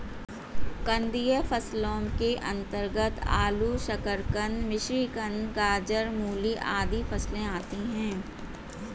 कंदीय फसलों के अंतर्गत आलू, शकरकंद, मिश्रीकंद, गाजर, मूली आदि फसलें आती हैं